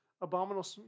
abominable